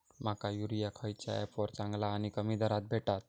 माका युरिया खयच्या ऍपवर चांगला आणि कमी दरात भेटात?